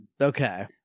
Okay